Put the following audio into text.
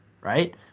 right